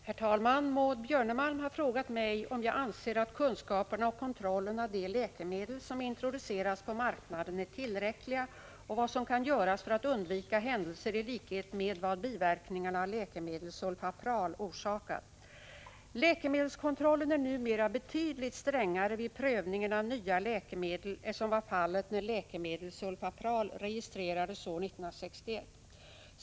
Herr talman! Maud Björnemalm har frågat mig om jag anser att kunskaperna om och kontrollen av de läkemedel som introduceras på marknaden är tillräckliga och vad som kan göras för att undvika händelser som de som biverkningarna av läkemedlet Sulfapral orsakat. Läkemedelskontrollen är numera betydligt strängare vid prövningen av nya läkemedel än som var fallet när läkemedlet Sulfapral registrerades år 1961.